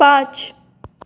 पाँच